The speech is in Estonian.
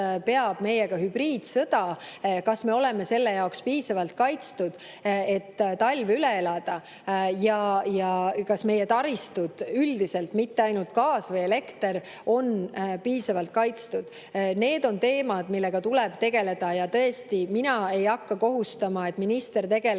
meiega hübriidsõda. Kas me oleme selle jaoks piisavalt kaitstud, et talv üle elada? Ja kas meie taristud üldiselt, mitte ainult gaas või elekter, on piisavalt kaitstud? Need on teemad, millega tuleb tegeleda. Ja tõesti, mina ei hakka kohustama, et minister tegeleks